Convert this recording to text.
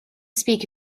speak